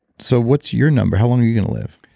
so what's your number? how long are you going to live?